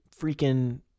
freaking